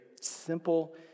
simple